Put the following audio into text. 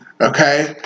Okay